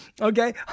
Okay